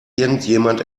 irgendjemand